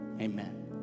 Amen